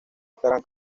estarán